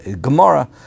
Gemara